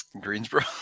Greensboro